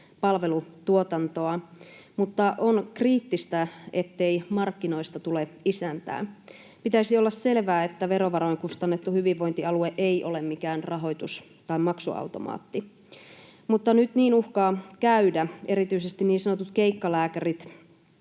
palvelutuotantoa, mutta on kriittistä, ettei markkinoista tulee isäntää. Pitäisi olla selvää, että verovaroin kustannettu hyvinvointialue ei ole mikään rahoitus- tai maksuautomaatti, mutta nyt niin uhkaa käydä. Erityisesti niin sanotut keikkalääkärit